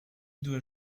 dois